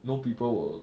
no people will